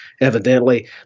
evidently